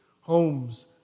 Homes